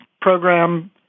program